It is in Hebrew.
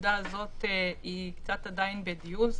הנקודה הזאת היא קצת עדיין בדיון.